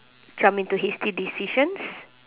jump into hasty decisions